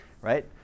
right